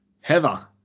Heather